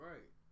Right